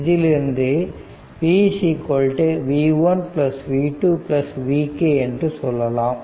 இதிலிருந்து v v1 v2 vk என்று சொல்லலாம்